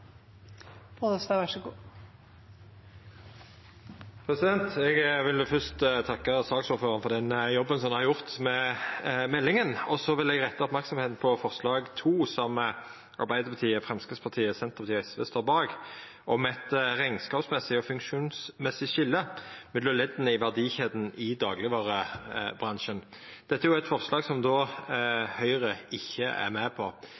Eg vil fyrst takka saksordføraren for den jobben som har vorte gjort med meldinga. Så vil eg retta merksemda mot tilrådinga frå komiteen II, som Arbeidarpartiet, Framstegspartiet, Senterpartiet og SV står bak, om eit rekneskapsmessig og funksjonsmessig skilje mellom ledda i verdikjeda i daglegvarebransjen. Dette er eit forslag Høgre ikkje er med på.